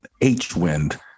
H-Wind